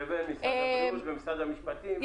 לבין משרד הבריאות ומשרד המשפטים וכו'.